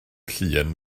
llun